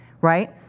Right